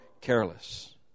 careless